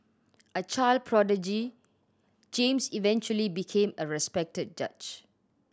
a child prodigy James eventually became a respected judge